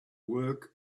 work